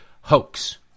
hoax